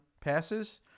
passes